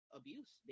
abuse